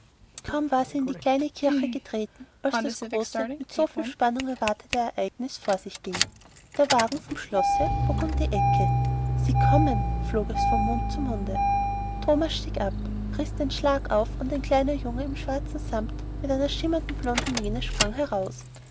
kaum war sie in die kleine kirche getreten als das große mit so viel spannung erwartete ereignis vor sich ging der wagen vom schlosse bog um die ecke sie kommen flog es von mund zu munde thomas stieg ab riß den schlag auf und ein kleiner junge in schwarzem samt mit einer schimmernden blonden mähne sprang heraus